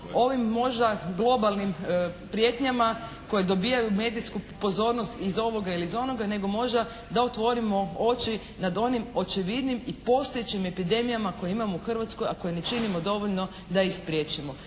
ovim možda globalnim prijetnjama koje dobijaju medijsku pozornost iz ovoga ili iz onoga nego možda da otvorimo oči nad onim očevidnim i postojećim epidemijama koje imamo u Hrvatskoj a koje ne činimo dovoljno da ih spriječimo,